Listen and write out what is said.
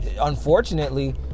unfortunately